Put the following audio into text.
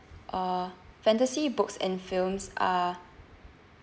uh fantasy books and films are